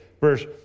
Verse